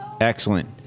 Excellent